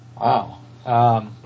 Wow